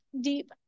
deep